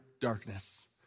darkness